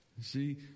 See